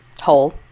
Hole